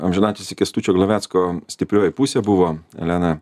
amžinatilsį kęstučio glavecko stiprioji pusė buvo elena